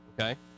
Okay